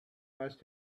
must